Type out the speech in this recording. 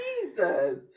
Jesus